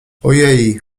ojej